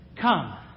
Come